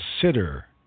consider